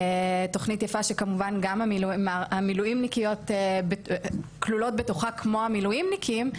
תוכנית יפה שכמובן גם המילואמניקיות כלולות בתוכה כמו המילואימניקים,